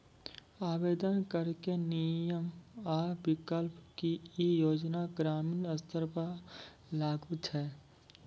आवेदन करैक नियम आ विकल्प? की ई योजना ग्रामीण स्तर पर लागू छै?